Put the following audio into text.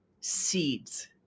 seeds